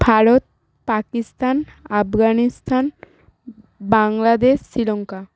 Bharat Pakistan Afghanistan Bangladesh Sri Lanka